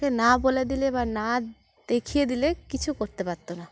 সে না বলে দিলে বা না দেখিয়ে দিলে কিছু করতে পারতো না